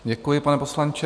Děkuji, pane poslanče.